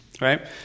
right